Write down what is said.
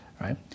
right